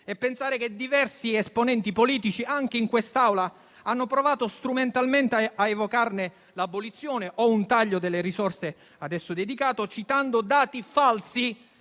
E pensare che diversi esponenti politici, anche in quest'Assemblea, hanno provato strumentalmente a evocarne l'abolizione o un taglio delle risorse ad esso dedicate, citando dati falsi,